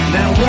Now